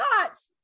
thoughts